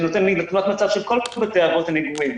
שנותן לי תמונת מצב של כל בתי האבות הנגועים,